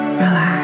relax